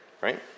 right